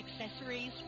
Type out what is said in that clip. accessories